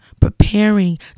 preparing